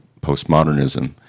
postmodernism